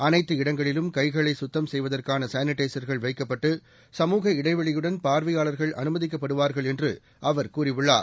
அனைத்து இடங்களிலும் கைகளைசுத்தம் செய்வதற்கானசானிடைசர்கள் வைக்கப்பட்டுசமுக இடைவெளியுடன் பார்வையாளர்கள் அனுமதிக்கப்படுவார்கள் என்றுஅவர் கூறியுள்ளார்